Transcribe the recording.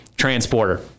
Transporter